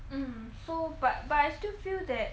um so but but I still feel that